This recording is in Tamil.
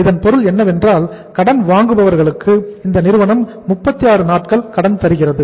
இதன் பொருள் என்னவென்றால் கடன் வாங்குபவர்களுக்கு இந்த நிறுவனம் 36 நாட்கள் கடன் தருகிறது